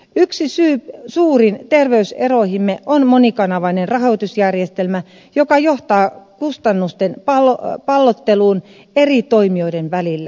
yksi suuri syy terveyseroihimme on monikanavainen rahoitusjärjestelmä joka johtaa kustannusten pallotteluun eri toimijoiden välillä